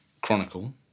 Chronicle